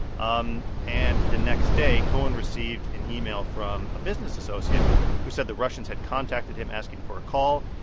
um and the next day, cohen received an email from a business associate who said the russians had contacted him asking for a call.